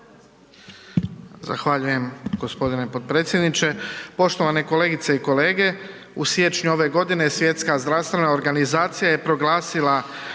Zahvaljujem g. potpredsjedniče. Poštovane kolegice i kolege, u siječnju ove godine Svjetska zdravstvena organizacija je proglasila